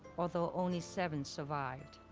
although nly seven survived.